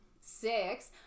six